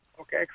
okay